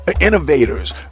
innovators